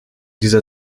dieser